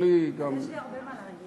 תוכלי גם, יש לי הרבה מה להגיד.